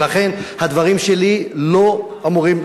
ולכן הדברים שלי לא אמורים,